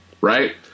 right